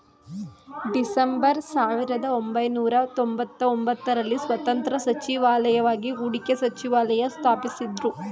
December ಸಾವಿರದಒಂಬೈನೂರ ತೊಂಬತ್ತಒಂಬತ್ತು ರಲ್ಲಿ ಸ್ವತಂತ್ರ ಸಚಿವಾಲಯವಾಗಿ ಹೂಡಿಕೆ ಸಚಿವಾಲಯ ಸ್ಥಾಪಿಸಿದ್ದ್ರು